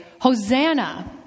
Hosanna